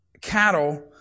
cattle